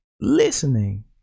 listening